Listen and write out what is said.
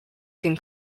can